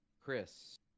Chris